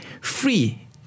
free